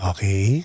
Okay